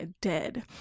dead